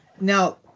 now